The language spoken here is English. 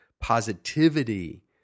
positivity